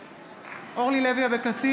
(קוראת בשמות חברי הכנסת) אורלי לוי אבקסיס,